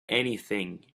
anything